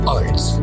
arts